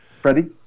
Freddie